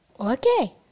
Okay